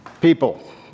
people